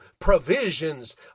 provisions